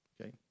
Okay